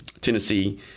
tennessee